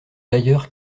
d’ailleurs